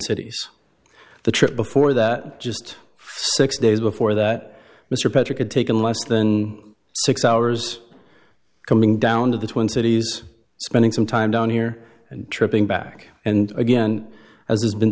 cities the trip before that just six days before that mr patrick had taken less than six hours coming down to the twin cities spending some time down here and tripping back and again